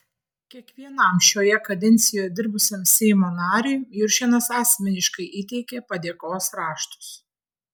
kiekvienam šioje kadencijoje dirbusiam seimo nariui juršėnas asmeniškai įteikė padėkos raštus